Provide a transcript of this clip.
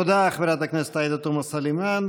תודה, חברת הכנסת עאידה תומא סלימאן.